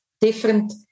different